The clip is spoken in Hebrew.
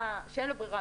שאין לו ברירה,